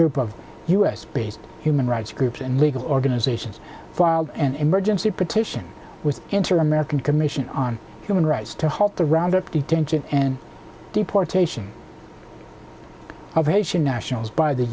group of u s based human rights groups and legal organizations filed an emergency petition with interim american commission on human rights to halt the roundup detention and deportation of haitian nationals by the